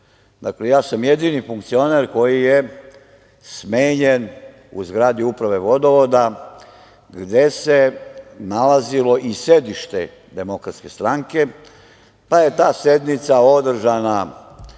ja sam jedini funkcioner koji je smenjen u zgradi Uprave vodovoda gde se nalazilo i sedište DS, pa je ta sednica održana